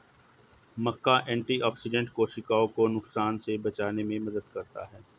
मक्का antioxidant कोशिकाओं को नुकसान से बचाने में मदद करता है